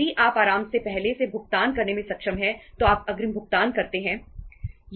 यदि आप आराम से पहले से भुगतान करने में सक्षम हैं तो आप अग्रिम भुगतान करते हैं